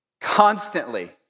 constantly